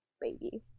baby